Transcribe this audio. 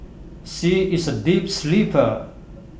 she is A deep sleeper